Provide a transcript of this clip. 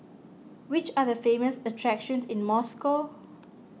which are the famous attractions in Moscow